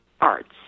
arts